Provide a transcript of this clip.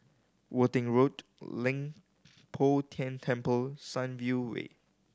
Worthing Road Leng Poh Tian Temple Sunview Way